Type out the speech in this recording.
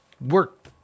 work